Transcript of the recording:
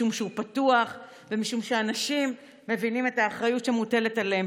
משום שהוא פתוח ומשום שאנשים מבינים את האחריות שמוטלת עליהם.